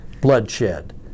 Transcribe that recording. bloodshed